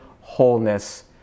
wholeness